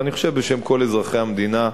אני חושב בשם כל אזרחי המדינה,